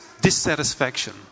dissatisfaction